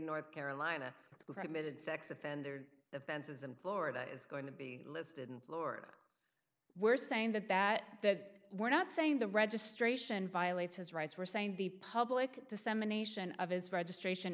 north carolina who committed sex offender the bence's and florida is going to be listed in florida we're saying that that that we're not saying the registration violates his rights were saying the public dissemination of his registration